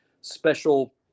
special